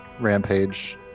rampage